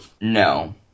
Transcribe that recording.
no